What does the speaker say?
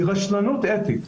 היא רשלנות אתית.